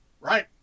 right